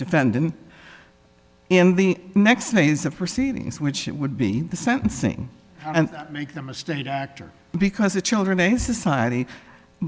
defendant in the next phase of proceedings which it would be the sentencing and make them a state actor because the children a society